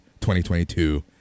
2022